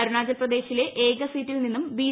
അരുണാചൽപ്രദേശിലെ ഏക സീറ്റിൽ നിന്നും ബി